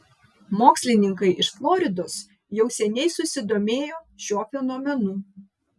mokslininkai iš floridos jau seniai susidomėjo šiuo fenomenu